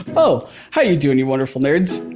oh how are you doing you wonderful nerds?